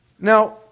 Now